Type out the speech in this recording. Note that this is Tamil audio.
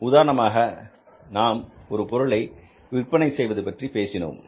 உதாரணமாக நாம் ஒரு பொருளை விற்பனை செய்வது பற்றி பேசினோம்